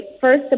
first